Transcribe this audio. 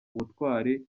ubutwari